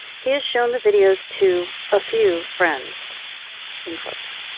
he is shown the videos to a few friends in quotes.